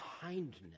kindness